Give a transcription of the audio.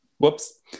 Whoops